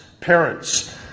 parents